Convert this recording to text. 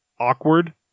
awkward